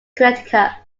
connecticut